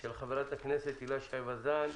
של חברת הכנסת הילה שי וזאן,